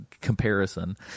comparison